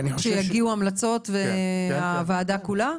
כשיגיעו המלצות הוועדה כולה?